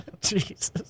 Jesus